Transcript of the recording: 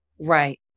Right